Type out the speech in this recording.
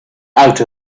out